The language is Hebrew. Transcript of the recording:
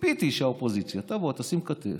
ציפיתי שהאופוזיציה תבוא, תשים כתף,